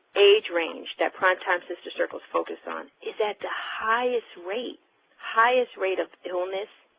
age range that prime time sister circles focuses on is at the highest rate highest rate of illness